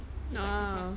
oh